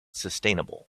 sustainable